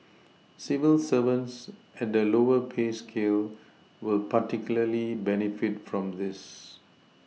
civil servants at the lower pay scale will particularly benefit from this